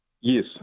Yes